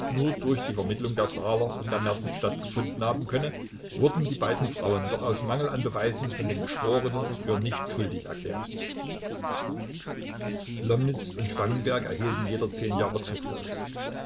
nur durch die vermittlung der saaler und der merten stattgefunden haben könne wurden die beiden frauen doch aus mangel an beweisen von den geschworenen für nichtschuldig erklärt lomnitz und spangenberg erhielten jeder zehn jahre